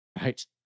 Right